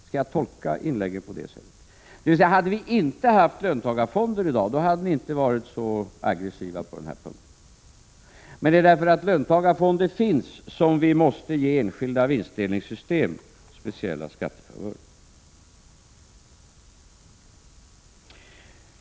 Dvs.: Om vi i dag inte hade haft löntagarfonder, skulle ni inte ha varit så aggressiva på denna punkt, men eftersom löntagarfonder finns måste vi ge enskilda vinstdelningssystem speciella skattefavörer.